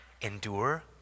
endure